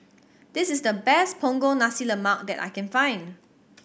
this is the best Punggol Nasi Lemak that I can find